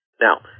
Now